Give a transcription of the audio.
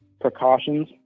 Precautions